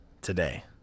today